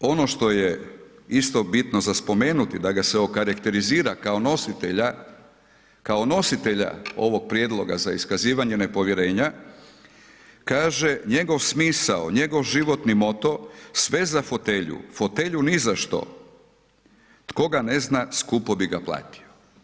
Isto tako, ono što je isto bitno za spomenuti da ga se okarakterizira kao nositelja, kao nositelja ovog prijedloga za iskazivanje nepovjerenja, kaže njegov smisao, njegov životni moto, sve za fotelju, fotelju ni za što, tko ga ne zna skupo bi ga platio.